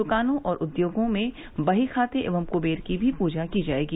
दुकानों व उद्योगों में बहीखाते व कुबेर की भी पूजा की जाएगी